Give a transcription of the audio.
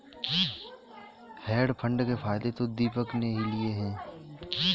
hedge fund के फायदे तो दीपक ने ही लिए है